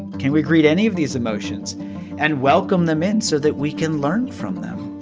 can we greet any of these emotions and welcome them in so that we can learn from them?